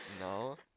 No